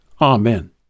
Amen